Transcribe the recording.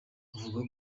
avuga